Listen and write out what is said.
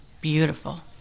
beautiful